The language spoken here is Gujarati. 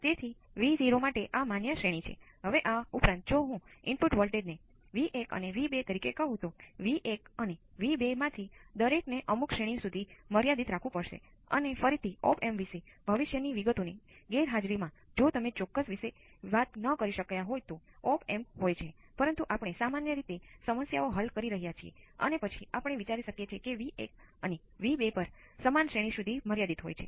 તેથી હવે જો તમે આનું મૂલ્યાંકન કરો તો Vs અમુક સમયે બદલાઈ રહ્યું હોય છે